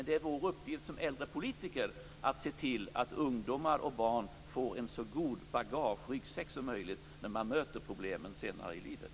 Det är vår uppgift som äldre politiker att se till att ungdomar och barn har en så god ryggsäck som möjligt när de möter problemen senare i livet.